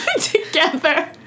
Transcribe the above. together